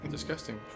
Disgusting